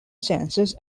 senses